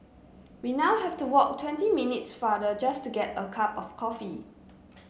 we now have to walk twenty minutes farther just to get a cup of coffee